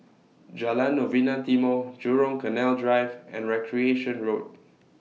Jalan Novena Timor Jurong Canal Drive and Recreation Road